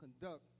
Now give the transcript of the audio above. conduct